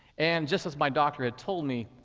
and just as my doctor had told me,